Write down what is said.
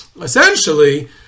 Essentially